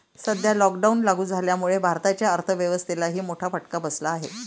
सध्या लॉकडाऊन लागू झाल्यामुळे भारताच्या अर्थव्यवस्थेलाही मोठा फटका बसला आहे